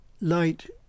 Light